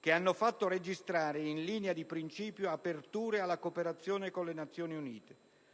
che hanno fatto registrare in linea di principio aperture alla cooperazione con le Nazioni Unite.